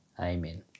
amen